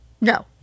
No